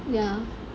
ya